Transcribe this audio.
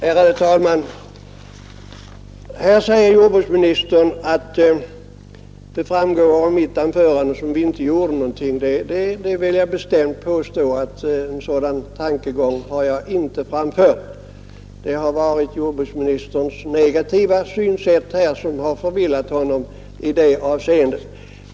Ärade talman! Jordbruksministern säger att det framgår av mitt anförande att tillkomsten av en ordinarie tjänst saknar betydelse. Jag vill bestämt påstå att jag inte framfört en sådan tankegång. Det har varit jordbruksministerns negativa synsätt som har förvillat honom i det avseendet.